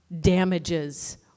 damages